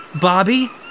Bobby